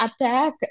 attack